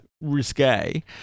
risque